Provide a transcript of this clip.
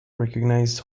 recognised